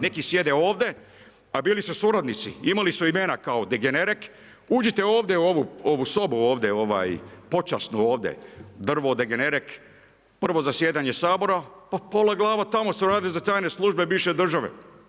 Neki sjede ovdje, a bili su suradnici, imali su imena, kao degenerek, uđite ovdje u ovu sobu, ovdje, ovaj, počasno ovdje, drvo, degenerek, prvo zasjedanje Sabora, pa pola glava tamo su radili za tajne službe bivše države.